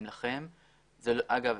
אגב,